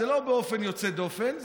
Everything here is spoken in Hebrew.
זה לא באופן יוצא דופן,